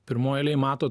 pirmoj eilėj mato